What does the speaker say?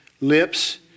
lips